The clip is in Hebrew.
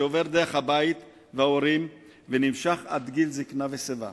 שעובר דרך הבית וההורים ונמשך עד גיל זיקנה ושיבה.